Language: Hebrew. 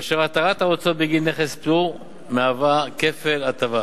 באשר התרת ההוצאות בגין נכס פטור מהווה כפל הטבה.